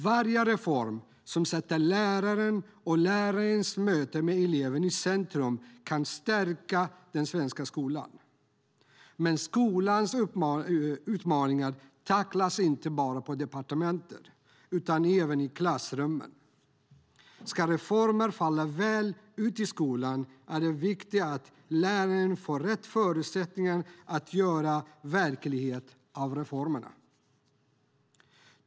Varje reform som sätter läraren och lärarens möte med eleven i centrum kan stärka den svenska skolan. Men skolans utmaningar tacklas inte bara på departementet utan även i klassrummet. Ska reformerna falla väl ut i skolan är det viktigt att lärarna får rätt förutsättningar att göra verklighet av reformerna.